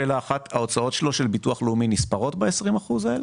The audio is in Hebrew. ההוצאות שלו של ביטוח לאומי נספרות ב-20% האלה?